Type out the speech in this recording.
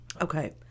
Okay